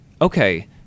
okay